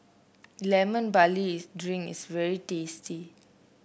Lemon Barley Drink is very tasty